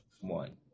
one